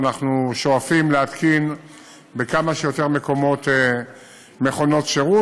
ואנחנו שואפים להתקין בכמה שיותר מקומות מכונות שירות.